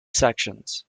sections